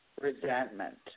resentment